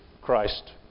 Christ